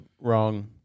wrong